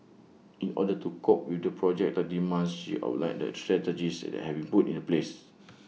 in order to cope with the projected demands she outlined the strategies that have been put in place